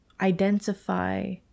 identify